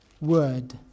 word